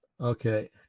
Okay